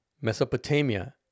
Mesopotamia